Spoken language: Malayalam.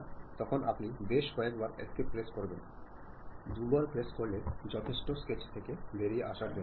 ഉദാഹരണത്തിന് നിങ്ങൾ ഒരു സന്ദേശം രൂപപ്പെടുത്തുമ്പോൾ നിങ്ങളുടെ ആദ്യത്തെ ദൌത്യം ആർക്കാണ് സന്ദേശം തയ്യാറാക്കുന്നത് എന്നതാണ്